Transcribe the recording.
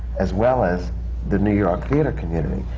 as well as the new york theatre community.